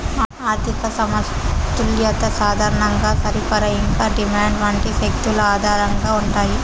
ఆర్థిక సమతుల్యత సాధారణంగా సరఫరా ఇంకా డిమాండ్ వంటి శక్తుల ఆధారంగా ఉంటాయి